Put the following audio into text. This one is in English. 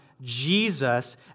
Jesus